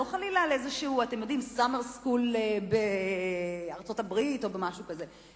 לא חלילה על איזה "סאמר סקול" בארצות-הברית או משהו כזה.